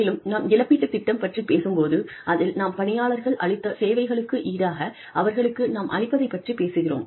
மேலும் நாம் இழப்பீட்டுத் திட்டம் பற்றிப் பேசும் போது அதில் நாம் பணியாளர்கள் அளித்த சேவைகளுக்கு ஈடாக அவர்களுக்கு நாம் அளிப்பதைப் பற்றிப் பேசுகிறோம்